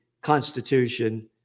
Constitution